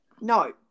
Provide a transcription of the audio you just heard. No